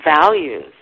values